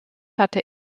hatte